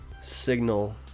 Signal